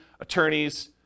attorneys